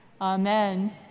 Amen